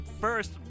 first